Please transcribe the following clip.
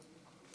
סגן